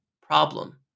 problem